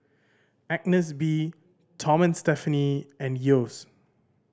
Agnes B Tom and Stephanie and Yeo's